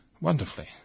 wonderfully